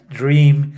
dream